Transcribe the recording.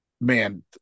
man